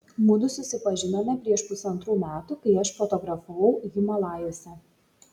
mudu susipažinome prieš pusantrų metų kai aš fotografavau himalajuose